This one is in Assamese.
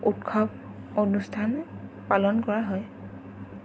উৎসৱ অনুষ্ঠান পালন কৰা হয়